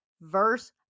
verse